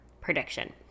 prediction